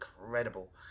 incredible